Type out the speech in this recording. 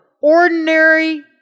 ordinary